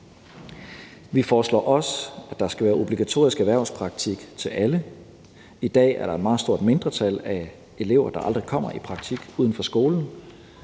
Vi foreslår også, at der skal være obligatorisk erhvervspraktik til alle. I dag er der et meget stort mindretal af elever, der aldrig kommer i praktik uden for skolen.